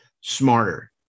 smarter